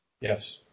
Yes